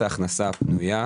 אם מדברים על הוצאות המשפחה,